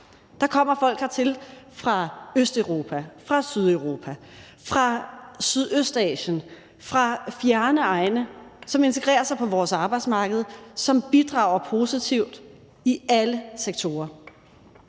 Der kommer folk hertil fra Østeuropa, fra Sydeuropa, fra Sydøstasien, fra fjerne egne, som integrerer sig på vores arbejdsmarked, og som bidrager positivt i alle sektorer.